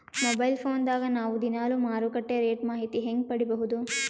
Mobile phone ದಾಗ ನಾವು ದಿನಾಲು ಮಾರುಕಟ್ಟೆ ರೇಟ್ ಮಾಹಿತಿ ಹೆಂಗ ಪಡಿಬಹುದು?